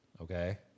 Okay